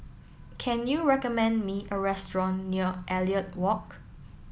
can you recommend me a restaurant near Elliot Walk